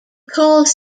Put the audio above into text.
calls